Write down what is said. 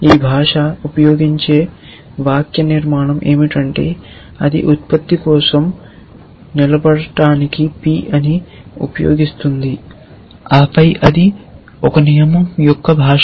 ఈ భాష ఉపయోగించే వాక్యనిర్మాణం ఏమిటంటే అది ఉత్పత్తి కోసం నిలబడడానికి P ని ఉపయోగిస్తుంది ఆపై అది ఒక నియమం యొక్క భాష